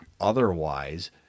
Otherwise